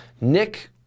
Nick